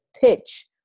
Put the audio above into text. pitch